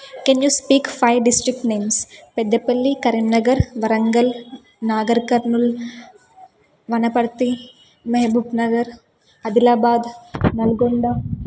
can you speak five district names Peddapalli Karimnagar Warangal Nagarkurnool Wanaparthy Mahabubnagar Adilabad Nalgonda